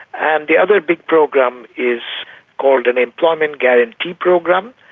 and the other big program is called an employment guarantee program.